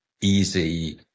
easy